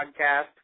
podcast